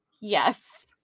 Yes